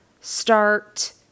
start